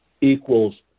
equals